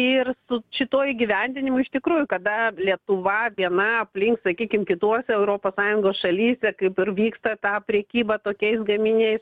ir su šituo įgyvendinimu iš tikrųjų kada lietuva viena aplink sakykim kitose europos sąjungos šalyse kaip ir vyksta ta prekyba tokiais gaminiais